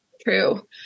True